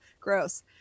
gross